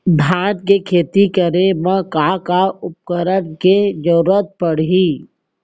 धान के खेती करे मा का का उपकरण के जरूरत पड़हि?